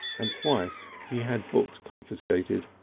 and twice he had books confiscated.